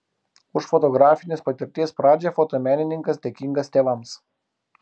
už fotografinės patirties pradžią fotomenininkas dėkingas tėvams